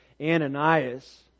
Ananias